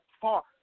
far